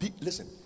listen